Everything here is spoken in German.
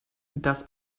das